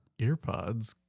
Earpods